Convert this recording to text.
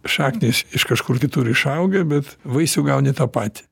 šaknys iš kažkur kitur išaugę bet vaisių gauni tą patį